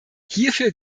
hierfür